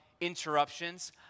interruptions